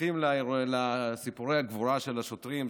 נחשפים לסיפורי הגבורה של השוטרים,